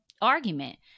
argument